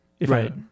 right